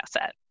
asset